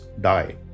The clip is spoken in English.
die